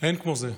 אין כמו זה.